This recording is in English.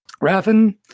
Raffin